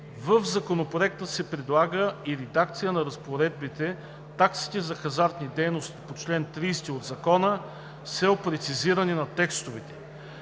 В Законопроекта се предлага и редакция на разпоредбите за таксите за хазартни дейности по чл. 30 от Закона с цел прецизиране на текстовете.